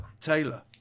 Taylor